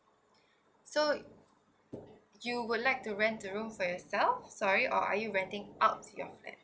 so you would like to rent a room for yourself sorry or are you renting out to your friend